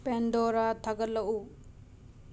ꯄꯦꯟꯗꯣꯔꯥ ꯊꯥꯒꯠꯂꯛꯎ